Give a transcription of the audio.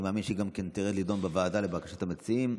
אני מאמין שהיא גם תידון בוועדה, לבקשת המציעים.